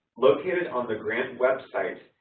located on the grant website,